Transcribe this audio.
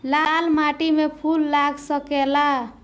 लाल माटी में फूल लाग सकेला?